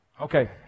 Okay